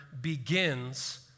begins